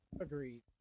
agreed